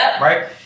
Right